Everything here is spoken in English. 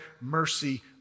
mercy